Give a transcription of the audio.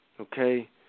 Okay